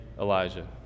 Elijah